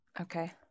Okay